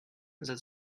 that